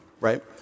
right